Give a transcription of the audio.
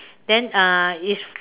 then uh is